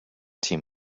team